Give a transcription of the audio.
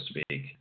speak